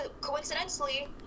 coincidentally